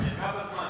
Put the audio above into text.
אתה משקר לעצמך.